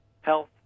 Health